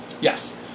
Yes